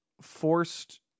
forced